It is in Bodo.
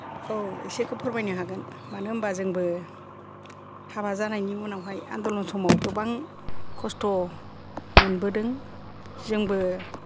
औ इसेखौ फोरमायनो हागोन मानो होनबा जोंबो हाबा जानायनि उनावहाय आन्दलन समाव गोबां खस्त' मोनबोदों जोंबो